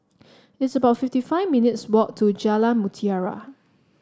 it's about fifty five minutes' walk to Jalan Mutiara